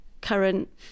current